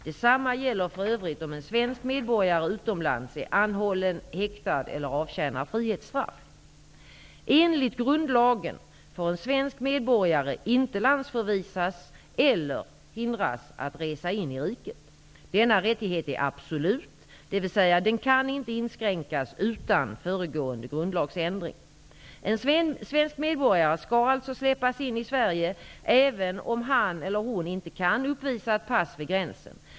Detsamma gäller för övrigt om en svensk medborgare utomlands är anhållen, häktad eller avtjänar frihetsstraff. 7 § första stycket regeringsformen). Denna rättighet är absolut, dvs. den kan inte inskränkas utan föregående grundlagsändring. En svensk medborgare skall alltså släppas in i Sverige, även om han eller hon inte kan uppvisa ett pass vid gränsen.